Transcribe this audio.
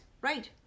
right